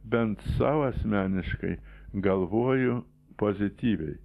bent sau asmeniškai galvoju pozityviai